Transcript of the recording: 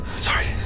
Sorry